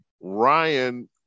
Ryan